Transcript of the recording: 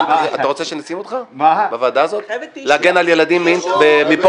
אתה רוצה שנשים אותך בוועדה הזאת להגן על ילדים מפורנו?